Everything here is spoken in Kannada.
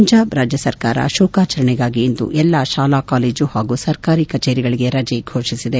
ಪಂಜಾಬ್ ರಾಜ್ಯ ಸರ್ಕಾರ ಶೋಕಾಚರಣೆಗಾಗಿ ಇಂದು ಎಲ್ಲಾ ಶಾಲಾ ಕಾಲೇಜು ಸರ್ಕಾರಿ ಕಚೇರಿಗಳಿಗೆ ರಜೆ ಫೋಷಿಸಿದೆ